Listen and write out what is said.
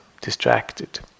distracted